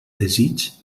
desig